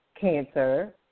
cancer